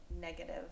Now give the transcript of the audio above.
negative